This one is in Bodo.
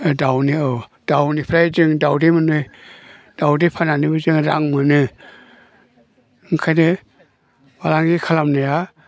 दाउनि औ दाउनिफ्राय जों दाउदै मोनो दाउदै फाननानैबो जोङो रां मोनो ओंखायनो फालांगि खालामनाया